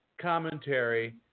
commentary